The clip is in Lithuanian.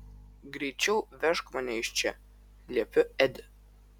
greičiau vežk mane iš čia liepiu edi